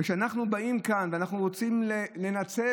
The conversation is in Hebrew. כשאנחנו באים לכאן ואנחנו רוצים לנצל